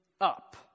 up